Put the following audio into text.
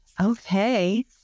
Okay